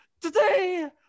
today